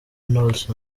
knowless